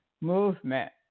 movement